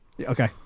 Okay